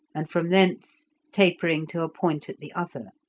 and from thence tapering to a point at the other,